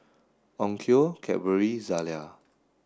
Onkyo Cadbury Zalia